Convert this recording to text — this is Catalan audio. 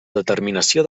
determinació